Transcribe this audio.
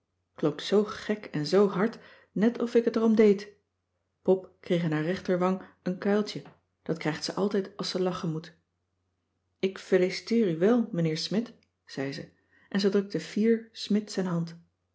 t klonk zoo gek en zoo hard net of ik het er om deed pop kreeg in haar rechterwang eenkuil dat krijgt ze altijd als ze lachen moet ik feliciteer u wel mijnheer smidt zei ze en ze drukte fier smidt zijn hand